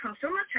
Consumer